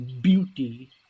beauty